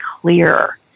clear